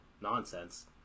nonsense